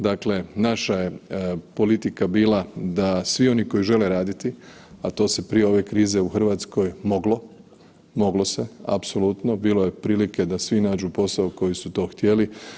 Dakle, naša je politika bila da svi oni koji žele raditi, a to se prije ove krize u Hrvatskoj moglo, moglo se, apsolutno, bilo je prilike da svi nađu posao koji su to htjeli.